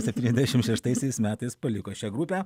septyniasdešim šeštaisiais metais paliko šią grupę